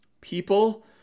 People